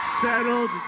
Settled